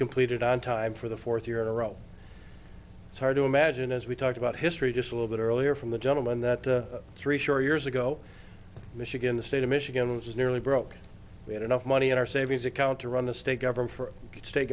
completed on time for the fourth year in a row it's hard to imagine as we talked about history just a little bit earlier from the gentleman that three short years ago michigan the state of michigan was nearly broke we had enough money in our savings account to run the state government for state